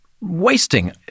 wasting